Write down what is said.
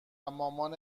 مامان